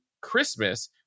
Christmas